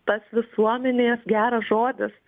tas visuomenės geras žodis